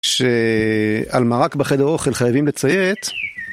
שעל מרק בחדר אוכל חייבים לציית.